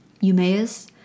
Eumaeus